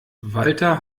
walter